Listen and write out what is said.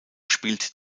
spielt